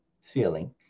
feeling